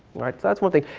alright, so that's one thing.